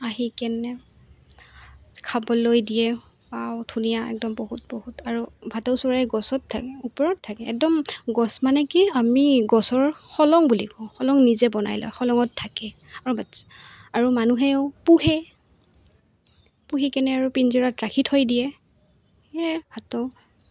আহি কেনে খাবলৈ দিয়ে ধুনীয়া একদম বহুত বহুত আৰু ভাটৌ চৰাই গছত থাকে ওপৰত থাকে একদম গছ মানে কি আমি গছৰ খোৰোং বুলি কওঁ খোৰোং নিজে বনাই লয় খোৰোংঙত থাকে আৰু আৰু মানুহেও পোহে পুহি কেনে আৰু পিঞ্জোৰাত ৰাখি থৈ দিয়ে সেয়াই ভাটৌ